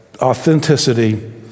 authenticity